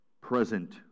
present